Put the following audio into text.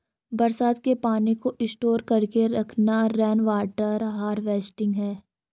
बरसात के पानी को स्टोर करके रखना रेनवॉटर हारवेस्टिंग है